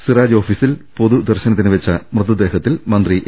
സിറാജ് ഓഫീസിൽ പൊതു ദർശനത്തിനുവെച്ച മൃതദേഹത്തിൽ മന്ത്രി എ